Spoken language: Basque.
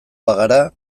bagara